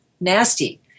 nasty